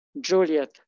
Juliet